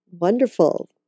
Wonderful